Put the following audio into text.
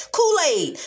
Kool-Aid